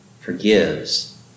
forgives